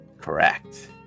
Correct